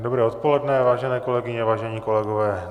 Dobré odpoledne, vážené kolegyně, vážení kolegové.